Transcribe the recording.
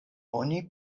oni